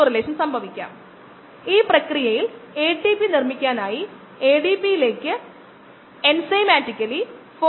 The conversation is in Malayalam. പ്രാധാന്യമുള്ള ക്രമത്തിൽ DNA മൊത്തം നൈട്രജൻ പ്രോട്ടീൻ അമിനോ ആസിഡുകൾ എന്നിവയാണ് അളക്കുന്ന സാധാരണ ഉള്ളടക്കങ്ങൾ